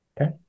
Okay